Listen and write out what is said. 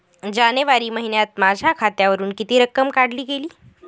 जानेवारी महिन्यात माझ्या खात्यावरुन किती रक्कम काढली गेली?